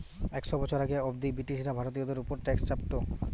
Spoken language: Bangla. একশ বছর আগে অব্দি ব্রিটিশরা ভারতীয়দের উপর ট্যাক্স চাপতো